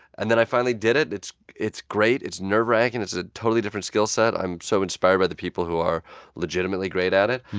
and then i finally did it. it's it's great. it's nerve-wracking. it's a totally different skill set. i'm so inspired by the people who are legitimately great at it.